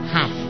Half